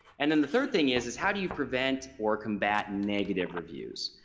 and then the third thing is, is how do you prevent or combat negative reviews.